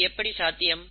இது எப்படி சாத்தியம்